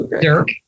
Dirk